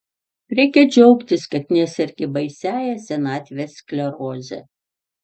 reikia džiaugtis kad nesergi baisiąja senatvės skleroze